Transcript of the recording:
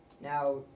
now